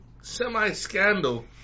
semi-scandal